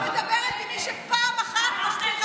אני לא מדברת עם מי שפעם אחת, משקר.